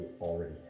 already